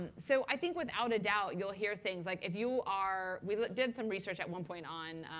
and so i think without a doubt you'll hear things like, if you are we did some research at one point on